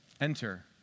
Enter